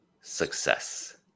success